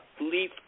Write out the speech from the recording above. leaf